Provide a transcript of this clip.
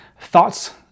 Thoughts